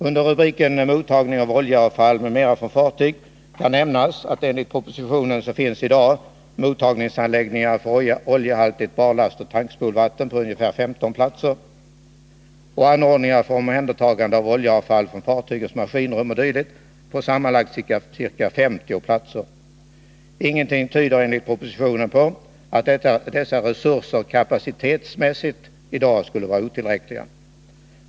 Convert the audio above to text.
Under rubriken Mottagning av oljeavfall m.m. från fartyg kan nämnas att enligt propositionen finns i dag mottagningsanläggningar för oljehaltigt barlastoch tankspolvatten på ungefär 15 platser och anordningar för omhändertagande av oljeavfall från fartygs maskinrum o. d. på sammanlagt ca 50 platser. Ingenting tyder enligt propositionen på att dessa resurser kapacitetsmässigt i dag skulle vara otillräckliga.